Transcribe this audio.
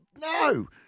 no